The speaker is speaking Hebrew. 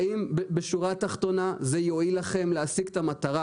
האם בשורה התחתונה זה יועיל לכם להשיג את המטרה?